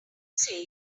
say